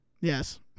Yes